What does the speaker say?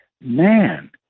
man